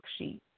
worksheet